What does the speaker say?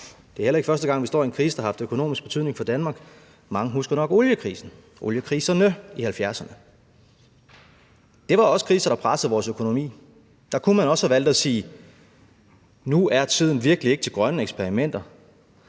Det er heller ikke første gang, vi står i en krise, der har økonomisk betydning for Danmark. Mange husker nok oliekriserne i 1970'erne. Det var også kriser, der pressede vores økonomi. Der kunne man også have valgt at sige: Nu er tiden virkelig ikke til grønne eksperimenter,